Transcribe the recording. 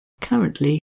currently